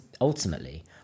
ultimately